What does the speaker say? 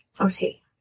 Okay